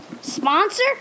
Sponsor